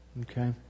Okay